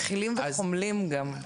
מכילים וחומלים גם,